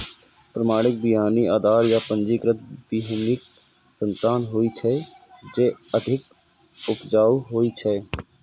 प्रमाणित बीहनि आधार आ पंजीकृत बीहनिक संतान होइ छै, जे अधिक उपजाऊ होइ छै